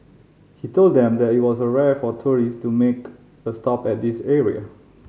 he told them that it was rare for tourist to make a stop at this area